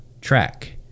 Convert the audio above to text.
track